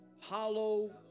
hollow